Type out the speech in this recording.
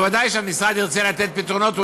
ודאי שמהשרד ירצה לתת פתרונות.